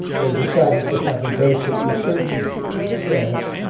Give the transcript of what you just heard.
they decided to have a basic research branch,